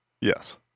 Yes